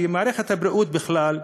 כי במערכת הבריאות בכלל,